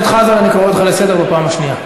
חבר הכנסת חזן, אני קורא אותך לסדר בפעם השנייה.